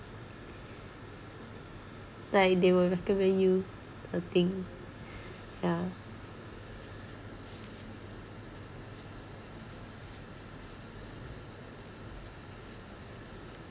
like they will recommend you a thing ya